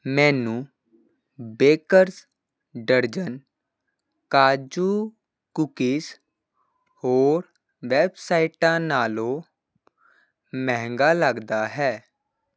ਮੈਨੂੰ ਬੇਕਰਜ਼ ਦਰਜਨ ਕਾਜੂ ਕੂਕੀਜ਼ ਹੋਰ ਵੈੱਬਸਾਈਟਾਂ ਨਾਲੋਂ ਮਹਿੰਗਾ ਲੱਗਦਾ ਹੈ